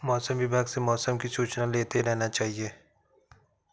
मौसम विभाग से मौसम की सूचना लेते रहना चाहिये?